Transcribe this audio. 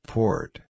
Port